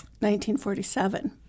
1947